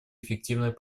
эффективной